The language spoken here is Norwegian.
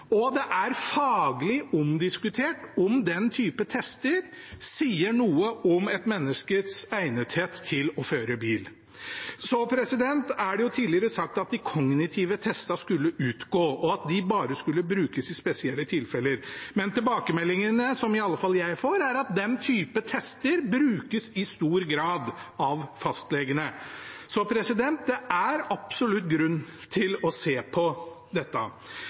Det er også faglig omdiskutert om den typen tester sier noe om et menneskes egnethet til å føre bil. Det har tidligere blitt sagt at de kognitive testene skulle utgå, og at de bare skulle brukes i spesielle tilfeller, men tilbakemeldingene som i alle fall jeg får, er at den typen tester brukes i stor grad av fastlegene. Så det er absolutt grunn til å se på dette.